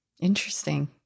interesting